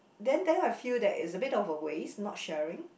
then then I feel that it's a bit of a waste not sharing